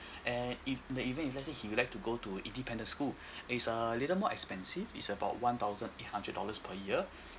and if like even if let's say he would like to go to independent school it's a little more expensive it's about one thousand eight hundred dollars per year